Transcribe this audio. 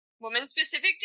woman-specific